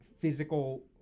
physical